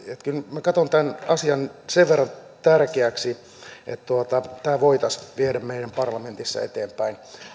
minä katson tämän asian sen verran tärkeäksi että tämä voitaisiin viedä meidän parlamentissamme eteenpäin